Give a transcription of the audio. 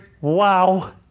wow